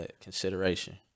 consideration